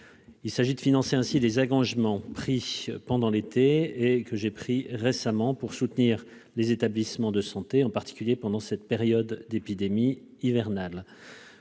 Il s'agit de financer les engagements pris pendant l'été et plus récemment qui visent à soutenir les établissements de santé, en particulier pendant la période d'épidémie hivernale.